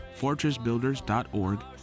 fortressbuilders.org